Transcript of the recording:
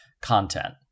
content